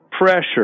pressure